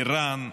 איראן,